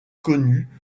connue